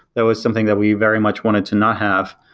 there was something that we very much wanted to not have,